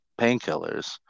painkillers